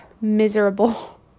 miserable